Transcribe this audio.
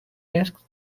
asked